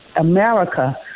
America